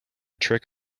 trick